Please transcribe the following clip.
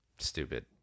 Stupid